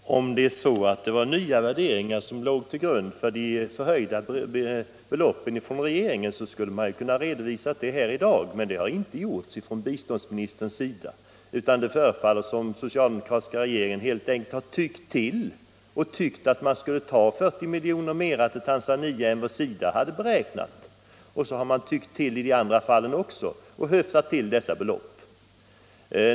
Herr talman! Om det är så, att det var nya värderingar som låg till grund för de förhöjda beloppen som regeringen föreslog skulle man ha kunnat redovisa dem här i dag, men det har biståndsministern inte gjort. Det förefaller därför som om den socialdemokratiska regeringen helt enkelt har ”tyckt till” och tyckt att man skulle ta 40 milj.kr. mera till Tanzania än vad SIDA hade beräknat, och så har man ”tyckt till” i de andra fallen också och höftat till dessa belopp.